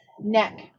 neck